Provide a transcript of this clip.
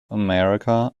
america